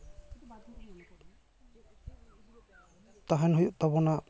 ᱛᱟᱦᱮᱱ ᱦᱩᱭᱩᱜ ᱛᱟᱵᱚᱱᱟ